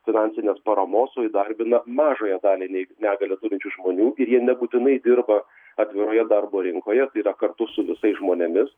finansinės paramos o įdarbina mažąją dalį nei negalią turinčių žmonių ir jie nebūtinai dirba atviroje darbo rinkoje tai yra kartu su visais žmonėmis